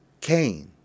Cain